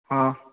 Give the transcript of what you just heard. हा